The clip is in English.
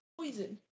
Poison